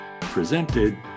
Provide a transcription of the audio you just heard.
presented